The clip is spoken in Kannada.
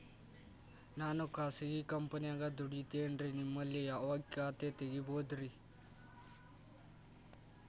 ನಾನು ಖಾಸಗಿ ಕಂಪನ್ಯಾಗ ದುಡಿತೇನ್ರಿ, ನಿಮ್ಮಲ್ಲಿ ಯಾವ ಖಾತೆ ತೆಗಿಬಹುದ್ರಿ?